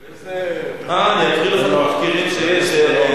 על איזה אקריא לך את התחקירים שיש לי.